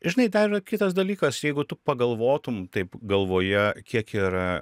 žinai dar yra kitas dalykas jeigu tu pagalvotum taip galvoje kiek yra